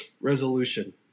resolution